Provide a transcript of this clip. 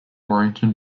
warrington